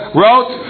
wrote